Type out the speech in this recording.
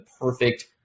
perfect